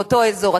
באותו אזור.